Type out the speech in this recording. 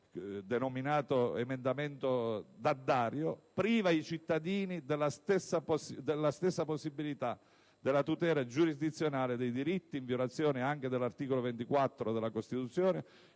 (emendamento cosiddetto D'Addario), priva i cittadini della stessa possibilità della tutela giurisdizionale dei diritti, in violazione anche dell'articolo 24 della Costituzione,